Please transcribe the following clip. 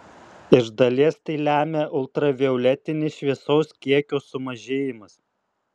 iš dalies tai lemia ultravioletinės šviesos kiekio sumažėjimas